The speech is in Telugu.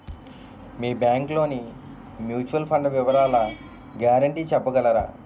మీ బ్యాంక్ లోని మ్యూచువల్ ఫండ్ వివరాల గ్యారంటీ చెప్పగలరా?